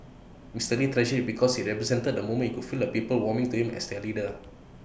Mr lee treasured IT because IT represented the moment he could feel the people warming to him as their leader